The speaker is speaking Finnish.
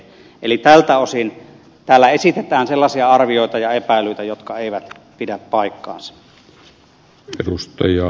eli tältä osin täällä esitetään sellaisia arvioita ja epäilyitä jotka eivät pidä paikkaansa